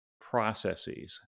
processes